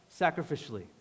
sacrificially